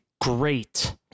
great